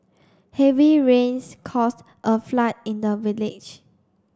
heavy rains caused a flood in the village